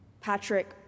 Patrick